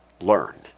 learn